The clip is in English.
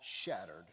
Shattered